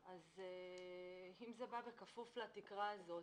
אם זה בא בכפוף לתקרה הזאת,